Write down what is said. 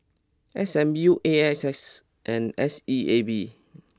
S M U A X S and S E A B